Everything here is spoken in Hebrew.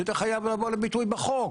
וזה חייב לבוא לביטוי בחוק.